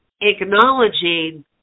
acknowledging